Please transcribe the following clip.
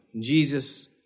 Jesus